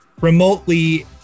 remotely